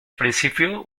principio